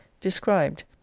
described